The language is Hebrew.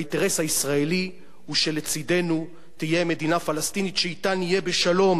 והאינטרס הישראלי הוא שלצדנו תהיה מדינה פלסטינית שאתה נהיה בשלום,